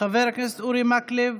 חבר הכנסת אורי מקלב,